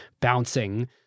bouncing